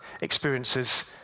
experiences